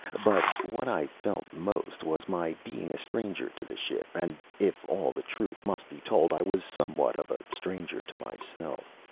but what i felt most was my being a stranger to the ship and if all the truth must be told, i was somewhat of a stranger to myself.